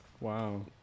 Wow